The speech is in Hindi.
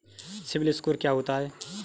सिबिल स्कोर क्या होता है?